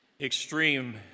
Extreme